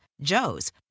Joe's